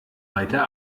weiter